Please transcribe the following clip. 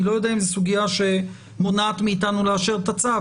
אני לא יודע אם זו סוגיה שמונעת מאיתנו לאשר את הצו,